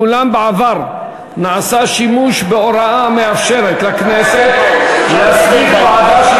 ואולם בעבר נעשה שימוש בהוראה המאפשרת לכנסת להסמיך ועדה,